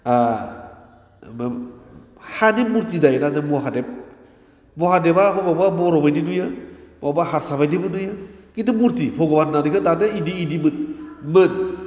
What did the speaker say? हानि मुरथि दायोना जों महादेब महादेबा बहाबा बर' बादि नुयो बहाबा हारसा बादिबो नुयो खिनथु मुरथि भगवान होन्नानै बेखौ दादों बिदि बिदिमोन मोन